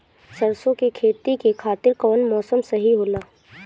सरसो के खेती के खातिर कवन मौसम सही होला?